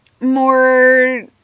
More